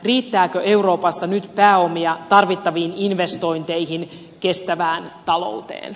riittääkö euroopassa nyt pääomia tarvittaviin investointeihin kestävään talouteen